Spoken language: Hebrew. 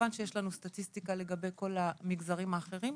כמובן יש לנו סטטיסטיקה לגבי כל המגזרים האחרים.